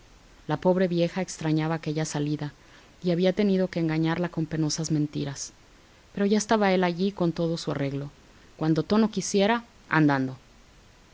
la pobre vieja extrañaba aquella salida y había tenido que engañarla con penosas mentiras pero ya estaba él allí con todo su arreglo cuando tono quisiera andando